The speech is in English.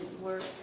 work